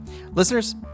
Listeners